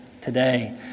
today